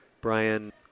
Brian